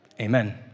Amen